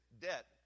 debt